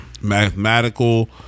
mathematical